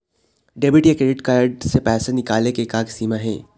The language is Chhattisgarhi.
डेबिट या क्रेडिट कारड से पैसा निकाले के का सीमा हे?